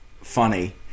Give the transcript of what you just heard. funny